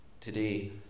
today